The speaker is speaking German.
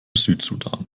südsudan